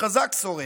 החזק שורד.